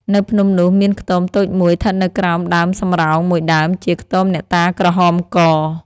នៅភ្នំនោះ មានខ្ទមតូច ១ ឋិតនៅក្រោមដើមសំរោង ១ ដើម ជាខ្ទមអ្នកតាក្រហមក ។